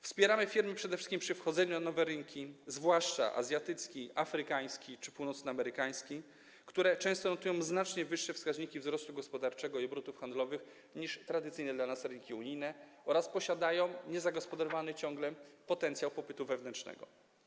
Wspieramy firmy przede wszystkim we wchodzeniu na nowe rynki, zwłaszcza azjatycki, afrykański czy północnoamerykański, które często notują znacznie wyższe wskaźniki wzrostu gospodarczego i obrotów handlowych niż tradycyjne dla nas rynki unijne oraz posiadają ciągle niezagospodarowany potencjał popytu wewnętrznego.